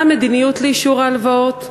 1. מה היא המדיניות לאישור ההלוואות?